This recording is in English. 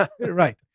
Right